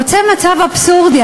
יוצא מצב אבסורדי,